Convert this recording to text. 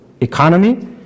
economy